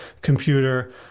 computer